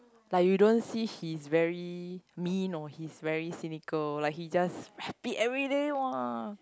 like you don't see he's very mean or he's very cynical like he just happy everyday !wah!